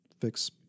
fix